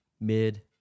mid